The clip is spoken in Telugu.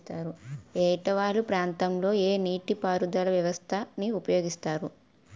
ఏట వాలు ప్రాంతం లొ ఏ నీటిపారుదల వ్యవస్థ ని ఉపయోగిస్తారు?